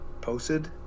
posted